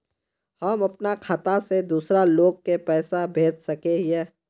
हम अपना खाता से दूसरा लोग के पैसा भेज सके हिये?